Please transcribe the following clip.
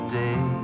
day